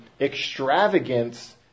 extravagance